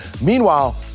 Meanwhile